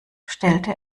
stellte